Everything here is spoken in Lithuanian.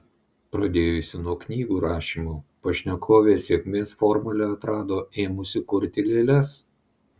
pradėjusi nuo knygų rašymo pašnekovė sėkmės formulę atrado ėmusi kurti lėles